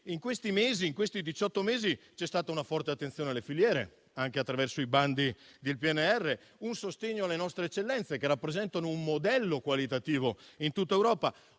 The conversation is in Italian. In questi diciotto mesi c'è stata una forte attenzione alle filiere, anche attraverso i bandi del PNRR, un sostegno alle nostre eccellenze, che rappresentano un modello qualitativo in tutta Europa,